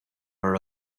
her